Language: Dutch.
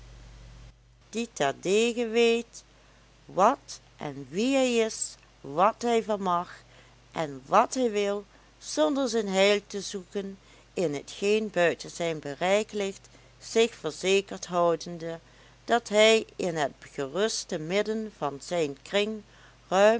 die terdege weet wat en wie hij is wat hij vermag en wat hij wil zonder zijn heil te zoeken in hetgeen buiten zijn bereik ligt zich verzekerd houdende dat hij in het geruste midden van zijn kring ruim